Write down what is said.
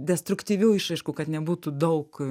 destruktyvių išraiškų kad nebūtų daug